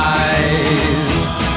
eyes